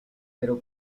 pero